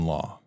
Law